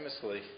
famously